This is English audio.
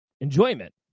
enjoyment